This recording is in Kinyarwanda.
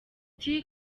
ati